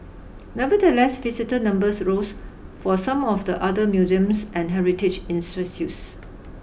nevertheless visitor numbers rose for some of the other museums and heritage